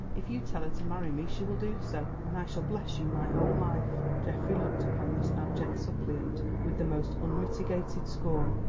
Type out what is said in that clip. if you tell her to marry me she will do so, and i shall bless you my whole life. geoffrey looked upon this abject suppliant with the most unmitigated scorn.